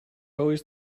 always